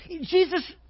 Jesus